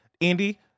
Andy